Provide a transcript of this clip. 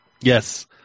Yes